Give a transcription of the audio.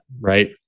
right